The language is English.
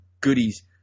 goodies